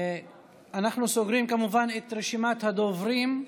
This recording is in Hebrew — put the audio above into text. אנחנו סוגרים כמובן את רשימת הדוברים.